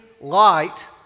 light